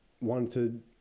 wanted